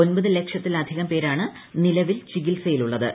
ഒൻപത് ലക്ഷത്തിലധികം പേരാണ് നിലവിൽ ചികിത്സയിലുള്ളത്